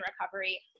recovery